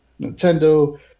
Nintendo